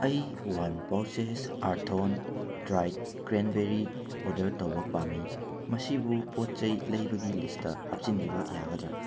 ꯑꯩ one pouches ꯑꯥꯔꯊꯣꯟ dried cranberry order ꯇꯧꯕ ꯄꯥꯝꯃꯤ ꯃꯁꯤꯕꯨ ꯄꯣꯠ ꯆꯩ ꯂꯩꯕꯒꯤ ꯂꯤꯁꯇ ꯍꯥꯞꯆꯤꯟꯕꯤꯕ ꯌꯥꯒꯗ꯭ꯔꯥ